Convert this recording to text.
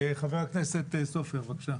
חבר הכנסת סופר, בבקשה.